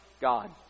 God